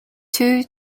two